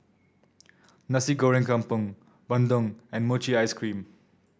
Nasi Goreng Kampung bandung and Mochi Ice Cream